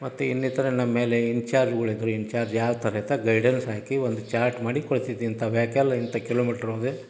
ಮತ್ತು ಇನ್ನಿತರ ನಮ್ಮ ಮೇಲೆ ಇಂಚಾರ್ಜ್ಗಳು ಇದ್ದರು ಇಂಚಾರ್ಜ್ ಯಾವ ಥರ ಇತ್ತು ಗೈಡೆನ್ಸ್ ಹಾಕಿ ಒಂದು ಚಾರ್ಟ್ ಮಾಡಿ ಕೊಡ್ತಿದ್ರು ಇಂಥ ವೆಯ್ಕಲ್ ಇಂಥ ಕಿಲೋಮೀಟ್ರ್ ಹೋದರೆ